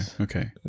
okay